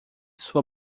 sua